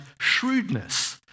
shrewdness